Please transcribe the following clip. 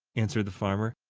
answered the farmer,